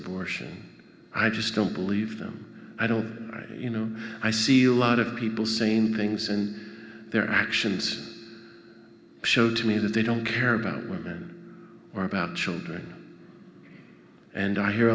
abortion i just don't believe them i don't you know i see a lot of people same things and their actions show to me that they don't care about women or about children and i hear